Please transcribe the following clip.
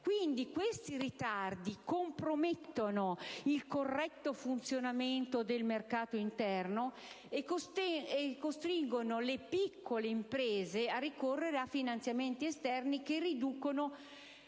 Questi ritardi compromettono il corretto funzionamento del mercato interno e costringono le piccole imprese a ricorrere a finanziamenti esterni che riducono